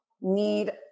need